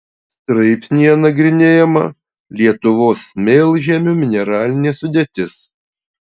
straipsnyje nagrinėjama lietuvos smėlžemių mineralinė sudėtis